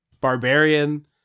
barbarian